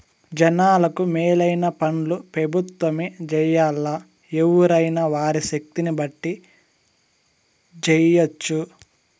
జనాలకు మేలైన పన్లు పెబుత్వమే జెయ్యాల్లా, ఎవ్వురైనా వారి శక్తిని బట్టి జెయ్యెచ్చు